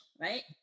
right